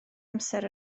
amser